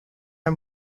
are